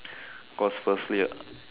because firstly